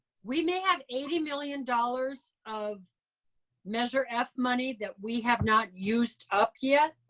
we may have eighty million dollars of measure f money that we have not used up yet.